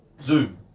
Zoom